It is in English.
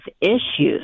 issues